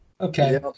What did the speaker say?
Okay